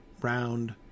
round